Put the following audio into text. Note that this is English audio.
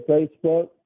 Facebook